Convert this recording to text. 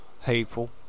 hateful